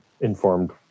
informed